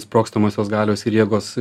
sprogstamosios galios ir jėgos